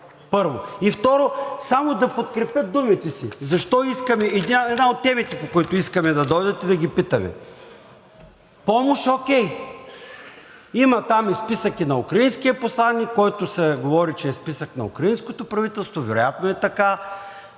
първо. И второ, само да подкрепя думите си, една от темите, по които искаме да дойдат и да ги питаме: помощ, окей, има списък на украинския посланик, за който се говори, че е списък на украинското правителство – вероятно е така.